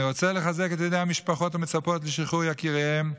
אני רוצה לחזק את ידי המשפחות המצפות לשחרור יקיריהן.